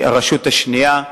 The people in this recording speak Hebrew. הרשות השנייה,